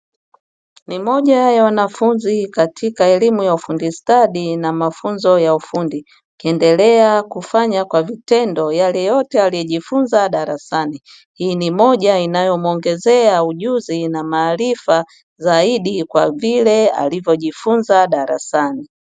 Ni moja ya wanafunzi katika elimu ya ufundi stadi na mafunzo ya ufundi akiendelea kufanya kwa vitendo yale yote aliyojifunza darasani. Hii ni moja inayomuongezea ujuzi na maarifa zaidi kwa vile alivyojifunza darasani.